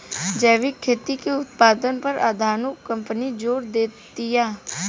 जैविक खेती के उत्पादन पर आधुनिक कंपनी जोर देतिया